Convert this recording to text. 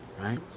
right